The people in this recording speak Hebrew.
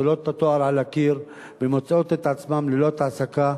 תולות את התואר על הקיר ומוצאות את עצמן ללא תעסוקה.